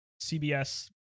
cbs